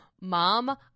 Mom